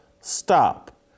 Stop